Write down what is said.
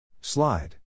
Slide